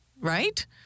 Right